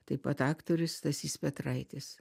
taip pat aktorius stasys petraitis